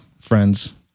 friends